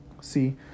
See